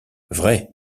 vrai